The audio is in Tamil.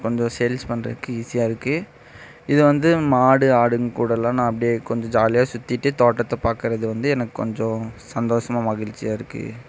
வந்து சேல்ஸ் பண்ணுறதுக்கு ஈஸியாக இருக்குது இதை வந்து மாடு ஆடுங்க கூடல்லாம் நான் அப்படியே கொஞ்சம் ஜாலியாக சுற்றிட்டு தோட்டத்தை பார்கறது வந்து எனக்கு கொஞ்சம் சந்தோஷமாக மகிழ்ச்சியாக இருக்குது